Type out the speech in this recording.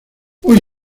hoy